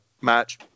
match